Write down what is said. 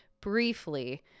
briefly